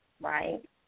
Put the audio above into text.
right